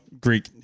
Greek